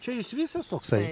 čia jis vis dar toksai